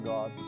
God